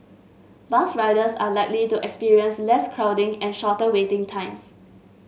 bus riders are likely to experience less crowding and shorter waiting times